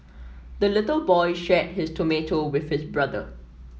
the little boy shared his tomato with his brother